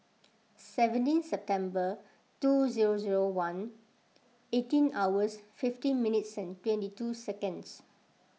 seventeen September two zero zero one eighteen hours fifteen minutes twenty two seconds